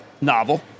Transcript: Novel